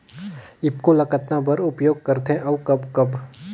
ईफको ल कतना बर उपयोग करथे और कब कब?